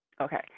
okay